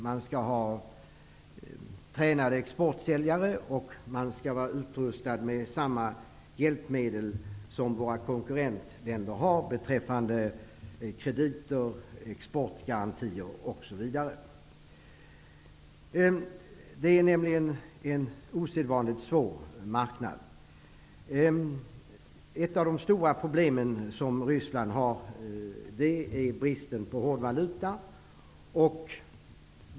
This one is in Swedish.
Man skall ha tränade exportsäljare och man skall vara utrustad med samma hjälpmedel som våra konkurrentländer har beträffande krediter, exportgarantier osv. Det är nämligen en osedvanligt svår marknad. Ett av de stora problemen för Ryssland är bristen på hårdvaluta.